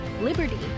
liberty